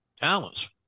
talents